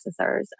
processors